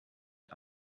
der